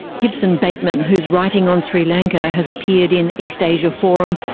gibson bateman, whose writing on sri lanka has appeared in east asia forum,